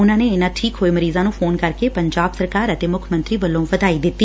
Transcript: ਉਨੂਾਂ ਨੇ ਇਨੂਾਂ ਠੀਕ ਹੋਏ ਮਰੀਜ਼ਾਂ ਨੂੰ ਫੋਨ ਕਰਕੇ ਪੰਜਾਬ ਸਰਕਾਰ ਅਤੇ ਮੱਖ ਮੰਤਰੀ ਵੱਲੋਂ ਵਧਾਈ ਦਿੱਤੀ